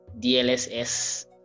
DLSS